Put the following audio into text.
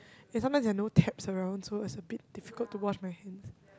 and sometimes there are no taps around so it's a bit difficult to wash my hands